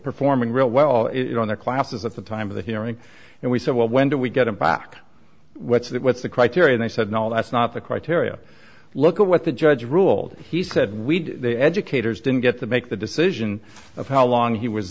performing real well it on their classes at the time of the hearing and we said well when do we get it back what's the what's the criteria and i said no that's not the criteria look at what the judge ruled he said we educators didn't get the make the decision of how long he was